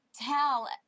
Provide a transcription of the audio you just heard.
tell